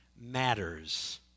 matters